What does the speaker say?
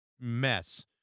mess